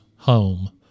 home